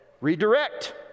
redirect